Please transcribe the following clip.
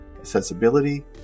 accessibility